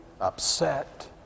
Upset